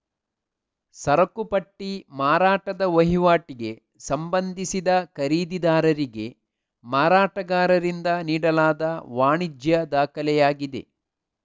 ಸರಕು ಪಟ್ಟಿ ಮಾರಾಟದ ವಹಿವಾಟಿಗೆ ಸಂಬಂಧಿಸಿದ ಖರೀದಿದಾರರಿಗೆ ಮಾರಾಟಗಾರರಿಂದ ನೀಡಲಾದ ವಾಣಿಜ್ಯ ದಾಖಲೆಯಾಗಿದೆ